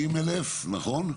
50,000 נכון?